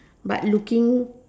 but looking